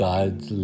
God's